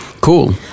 cool